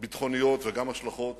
ביטחוניות וגם השלכות